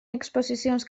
exposicions